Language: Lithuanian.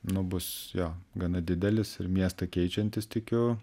nu bus jo gana didelis ir miestą keičiantis tikiu